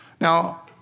Now